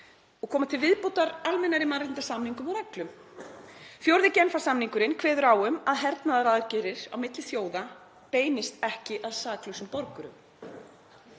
og koma til viðbótar almennari mannréttindasamningum og reglum. Fjórði Genfarsamningurinn kveður á um að hernaðaraðgerðir á milli þjóða beinist ekki að saklausum borgurum.